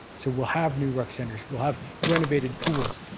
so we'll have new rec centres, we'll have renovated pools,